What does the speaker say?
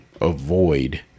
avoid